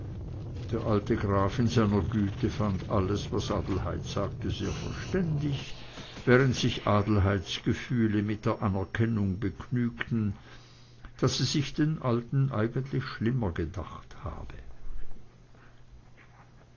der alte graf in seiner güte fand alles was adelheid sagte sehr verständig während sich adelheids gefühle mit der anerkennung begnügten daß sie sich den alten eigentlich schlimmer gedacht habe